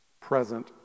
present